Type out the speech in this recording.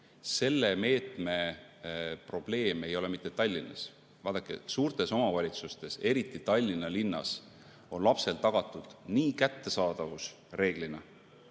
Selle meetme probleem ei ole mitte Tallinnas. Vaadake, suurtes omavalitsustes, eriti Tallinnas, on lapsele reeglina tagatud nii kättesaadavus,